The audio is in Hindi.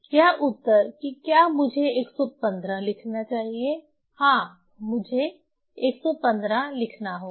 यह उत्तर कि क्या मुझे 115 लिखना चाहिए हां मुझे 115 लिखना होगा